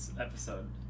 episode